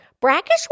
Brackish